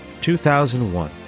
2001